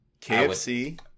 KFC